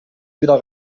wieder